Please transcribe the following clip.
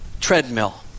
treadmill